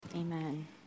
Amen